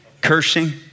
cursing